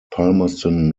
palmerston